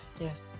Yes